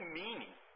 meaning